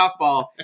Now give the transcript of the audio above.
softball